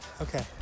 Okay